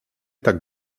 tak